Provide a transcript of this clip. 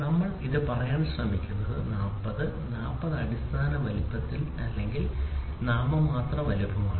നമ്മൾ എന്താണ് പറയാൻ ശ്രമിക്കുന്നത് 40 40 അടിസ്ഥാന വലുപ്പത്തിന്റെ അടിസ്ഥാന അല്ലെങ്കിൽ നാമമാത്ര വലുപ്പമാണ്